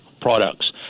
products